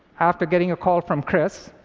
after getting a call from chris.